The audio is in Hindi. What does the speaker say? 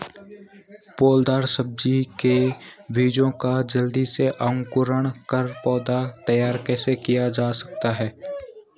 बेलदार सब्जी के बीजों का जल्दी से अंकुरण कर पौधा तैयार कैसे किया जा सकता है?